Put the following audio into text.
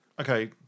Okay